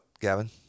Gavin